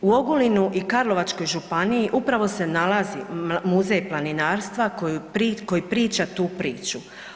U Ogulinu i Karlovačkoj županiji upravo se nalazi Muzej planinarstva koji priča tu priču.